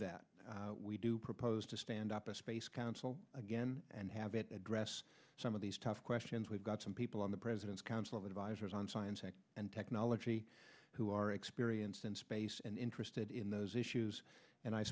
that we do propose to stand up a space council again and have it address some of these tough questions we've got some people on the president's council of advisors on science and technology who are experienced in space and interested in those issues and i've